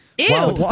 Ew